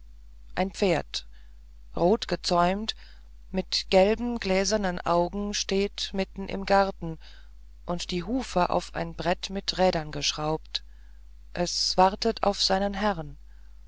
ein pferd rot gezäumt mit gelben gläsernen augen steht mitten im garten und die hufe auf ein brett mit rädern geschraubt es wartet auf seinen herrn